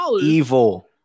Evil